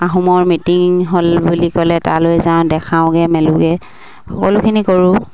আহোমৰ মিটিং হ'ল বুলি ক'লে তালৈ যাওঁ দেখাওঁগে মেলোগে সকলোখিনি কৰোঁ